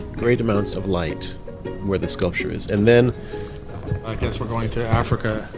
great amounts of light where the sculpture is and then i guess we're going to africa.